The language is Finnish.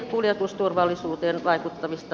vaikuttavissa toimissaan